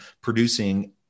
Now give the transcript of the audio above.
producing